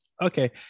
Okay